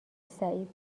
سعید